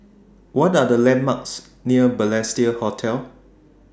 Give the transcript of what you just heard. What Are The landmarks near Balestier Hotel